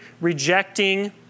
rejecting